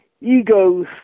Egos